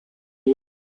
word